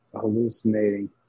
hallucinating